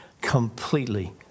completely